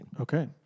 Okay